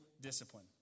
discipline